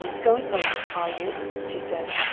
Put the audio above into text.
going over, are you? she said.